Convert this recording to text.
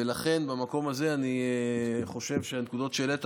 ולכן במקום הזה אני חושב שהנקודות שהעלית,